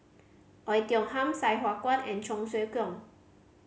Oei Tiong Ham Sai Hua Kuan and Cheong Siew Keong